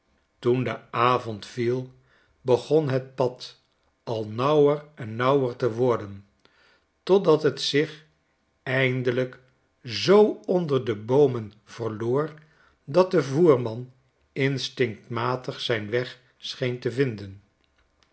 toen de avond viel begon het pad al nauwer en nauwer te worden totdat het zich eindelijk zoo onder de boomen verloor dat de voerman instinctmatig zijn weg scheen te vinden